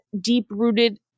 deep-rooted